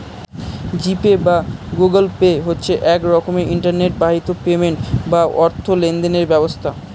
জি Pay বা Google Pay হচ্ছে এক রকমের ইন্টারনেট বাহিত পেমেন্ট বা অর্থ লেনদেনের ব্যবস্থা